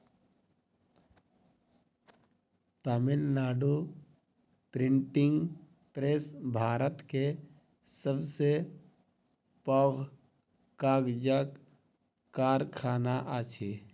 Tamil Nadu printing press Bharat के सब से पैघ कागजक कारखाना अछि